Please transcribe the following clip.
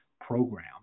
program